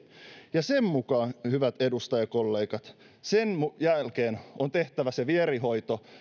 ja sen mukaan hyvät edustajakollegat ja sen jälkeen on tehtävä se vierihoito